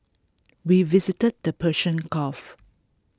we visited the Persian gulf